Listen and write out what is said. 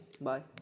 bye